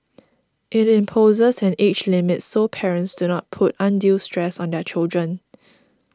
it imposes an age limit so parents do not put undue stress on their children